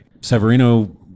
Severino